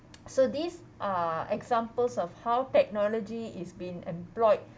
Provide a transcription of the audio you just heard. so these are examples of how technology is being employed